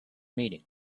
meeting